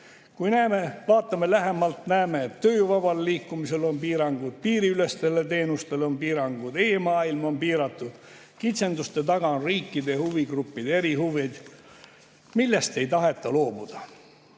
Kui vaatame lähemalt, siis näeme, et tööjõu vabale liikumisele on piirangud, piiriülestele teenustele on piirangud, e-maailm on piiratud. Kitsenduste taga on riikide ja huvigruppide erihuvid, millest ei taheta loobuda.